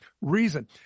reason